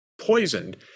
poisoned